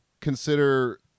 consider